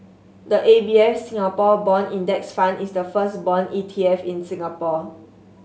the A B F Singapore Bond Index Fund is the first bond E T F in Singapore